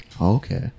Okay